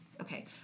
Okay